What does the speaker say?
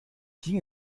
ging